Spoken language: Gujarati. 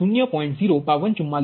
0 નો વર્ગ માઇનસ 0